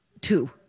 Two